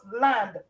land